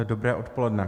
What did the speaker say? Dobré odpoledne.